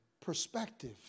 perspective